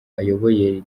ayoboye